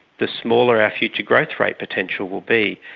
the smaller our future growth rate potential will be.